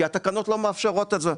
כי התקנות לא מאפשרות זאת.